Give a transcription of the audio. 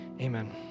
Amen